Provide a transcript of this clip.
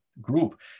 group